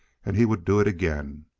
and he would do it again.